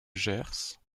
gers